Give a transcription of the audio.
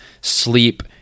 sleep